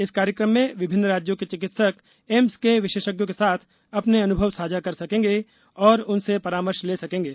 इस कार्यक्रम में विभिन्न राज्यों के चिकित्सिक एम्स के विशेषज्ञों के साथ अपने अनुभव साझा कर सकेंगे और उनसे परामर्श ले सकेंगे